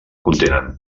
contenen